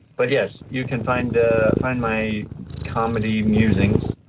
but yes you can find ah find my comedy musings,